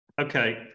Okay